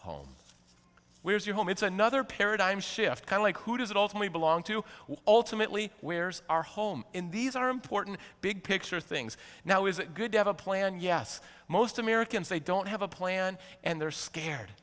home where is your home it's another paradigm shift kind like who does it all to me belong to all timidly where's our home in these are important big picture things now is it good to have a plan yes most americans they don't have a plan and they're scared